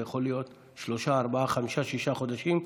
זה יכול להיות שלושה, ארבעה, חמישה, שישה חודשים.